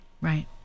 Right